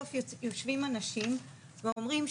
בסוף יושבים אנשים ואומרים,